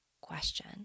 question